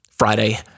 Friday